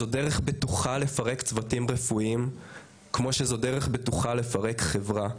זאת דרך בטוחה לפרק צוותים רפואיים כמו שזאת דרך בטוחה לפרק חברה.